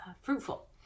fruitful